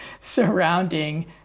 surrounding